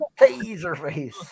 Taserface